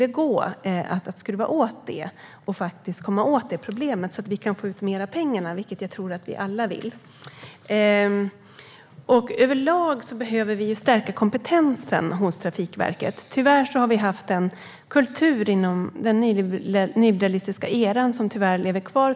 Här går det att skruva åt och komma åt problemet. På så sätt går det att få ut mer av pengarna, vilket vi alla vill. Överlag behöver kompetensen stärkas hos Trafikverket. Det har funnits en kultur inom den nyliberalistiska eran som tyvärr lever kvar.